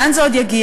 לאן זה עוד יגיע.